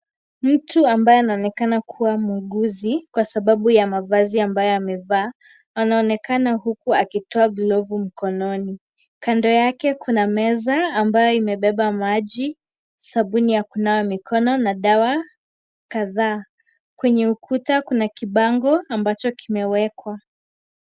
Mtu ambaye anaonekana kuwa muuguzi, kwa sababu ya mavazi ambayo amevaa, anaonekana huku akitoa glovu mkononi. Kando yake kuna meza ambayo imebeba maji ,sabuni ya kunawa mikono na dawa kadhaa. Kwenye ukuta, kuna kibango ambacho kimewekwa.